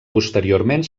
posteriorment